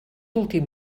últim